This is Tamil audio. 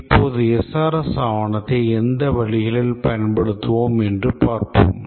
இப்போது SRS ஆவணத்தை எந்த வழிகளில் பயன்படுத்துவோம் என்று பார்ப்போம்